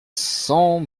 cent